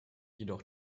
jedoch